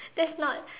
that's not